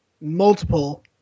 multiple